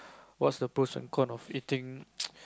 what's the pros and con of eating